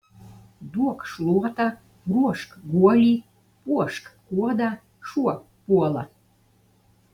duok šluotą ruošk guolį puošk kuodą šuo puola